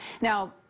Now